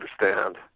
understand